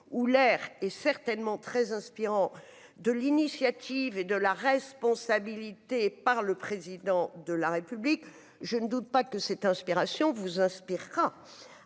où l'air est certainement très inspirant de l'initiative et de la responsabilité par le président de la République, je ne doute pas que cette inspiration vous inspirera